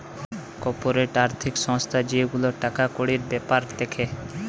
corporate আর্থিক সংস্থা যে গুলা টাকা কড়ির বেপার দ্যাখে